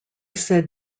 said